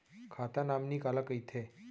खाता नॉमिनी काला कइथे?